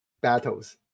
battles